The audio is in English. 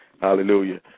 Hallelujah